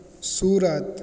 Surat